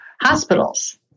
hospitals